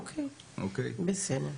אוקיי, בסדר.